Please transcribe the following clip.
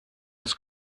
das